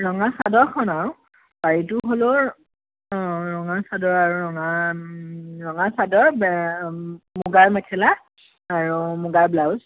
ৰঙা চাদৰখন আৰু পাৰিটো হ'লেও অ ৰঙা চাদৰ আৰু ৰঙা ৰঙা চাদৰ মুগাৰ মেখেলা আৰু মুগাৰ ব্লাউচ